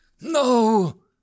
No